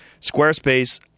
Squarespace